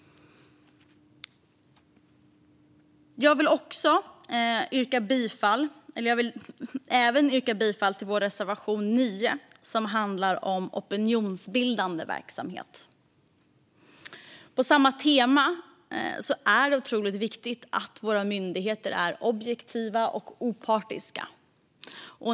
Jag vill också yrka bifall till vår reservation 9, som handlar om opinionsbildade verksamhet. På samma tema är det otroligt viktigt att våra myndigheter är objektiva och opartiska.